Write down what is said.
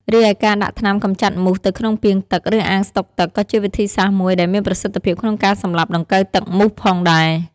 រីឯការដាក់ថ្នាំកម្ចាត់មូសទៅក្នុងពាងទឹក ឬអាងស្តុកទឹក ក៏ជាវិធីសាស្រ្តមួយដ៏មានប្រសិទ្ធភាពក្នុងការសម្លាប់ដង្កូវទឹកមូសផងដែរ។